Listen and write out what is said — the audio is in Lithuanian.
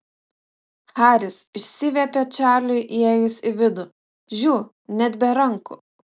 haris išsiviepė čarliui įėjus į vidų žiū net be rankų